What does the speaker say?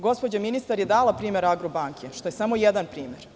Gospođa ministar je dala primer "Agrobanke", što je samo jedan primer.